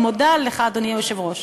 אני מודה לך, אדוני היושב-ראש.